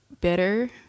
better